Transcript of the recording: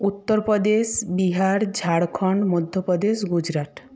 Uttar Pradesh Bihar Jharkhand Madhya Pradesh Gujarat